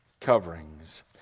coverings